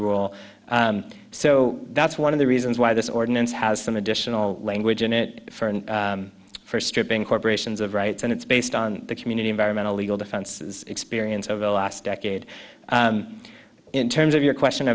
rule so that's one of the reasons why this ordinance has some additional language in it for and for stripping corporations of rights and it's based on the community environmental legal defense experience of the last decade in terms of your question